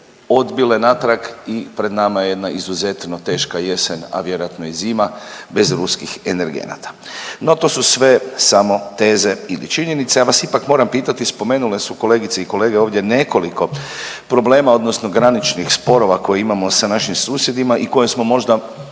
odbile natrag i pred nama je jedna izuzetno teška jesen, a vjerojatno i zima bez ruskih energenata. No, to su sve samo teze ili činjenice. Ja vas ipak moram pitati spomenule su kolegice i kolege ovdje nekoliko problema odnosno graničnih sporova koje imamo sa našim susjedima i koje smo možda